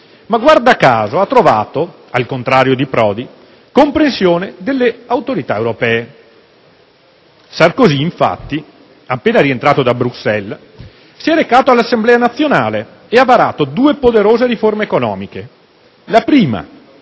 ma guarda caso ha trovato, al contrario di Prodi, comprensione delle autorità europee. Sarkozy, infatti, appena rientrato da Bruxelles, si è recato all'Assemblea Nazionale e ha varato due poderose riforme economiche: la prima,